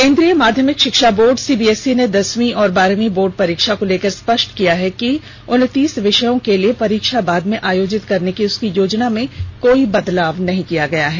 केन्द्रीय माध्यमिक शिक्षा board C B S E ने दसवीं और बारहवीं बोर्ड परीक्षा को लेकर स्पष्ट किया है कि उन्नतीस विषयों के लिए परीक्षा बाद में आयोजित करने की उसकी योजना में कोई बदलाव नहीं किया गया है